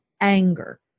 anger